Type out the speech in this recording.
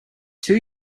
two